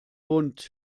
bunt